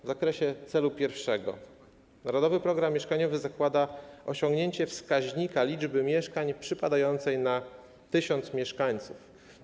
W zakresie celu pierwszego Narodowy Program Mieszkaniowy zakłada osiągnięcie wskaźnika liczby mieszkań przypadających na 1 tys. mieszkańców.